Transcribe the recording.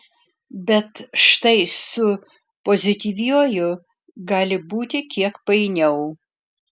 bet štai su pozityviuoju gali būti kiek painiau